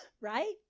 right